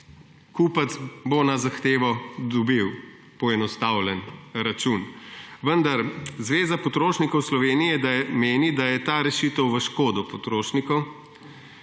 kupec bo na zahtevo dobil poenostavljen račun, vendar, Zveza potrošnikov Slovenije meni, da je ta rešitev v škodo potrošnikov.